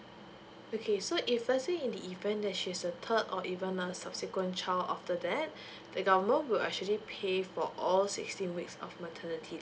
okay so if let's say in the event that she's the third or even a subsequent child after that the government will actually pay for all sixteen weeks of maternity